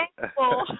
thankful